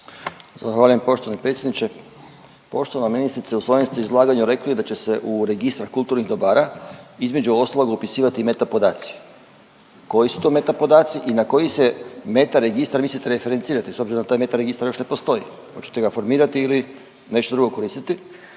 Zahvaljujem poštovani predsjedniče, poštovana ministrice, u svojem ste izlaganju rekli da će se u registar kulturnih dobara između ostalog, upisivati i meta-podaci. Koji su to meta-podaci i na koji se meta-registar mislite referencirati s obzirom da taj meta-registar još ne postoji. Hoćete ga formirati ili nešto drugo koristiti?